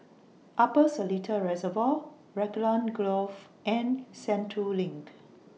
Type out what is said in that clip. Upper Seletar Reservoir Raglan Grove and Sentul LINK